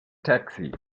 taxi